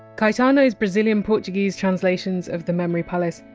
caetano! s brazilian portuguese translations of the memory palace,